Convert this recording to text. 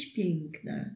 piękna